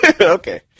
Okay